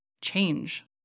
change